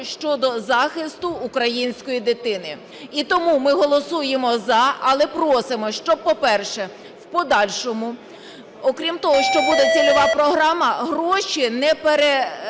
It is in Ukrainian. щодо захисту української дитини. І тому ми голосуємо "за", але просимо, щоб, по-перше, в подальшому, окрім того, що буде цільова програма, гроші не перелаштовувалися